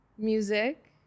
Music